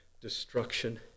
destruction